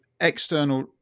external